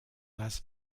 las